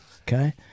Okay